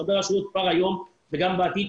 הרשויות צריכות להיות מאוזנות כלכלית גם היום וגם בעתיד.